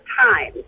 time